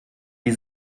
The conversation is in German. die